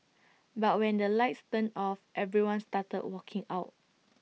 but when the lights turned off everyone started walking out